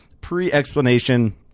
pre-explanation